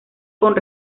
con